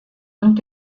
und